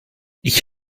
ich